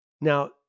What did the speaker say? Now